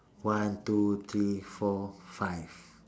one two three four five